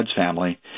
family